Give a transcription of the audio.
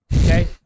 Okay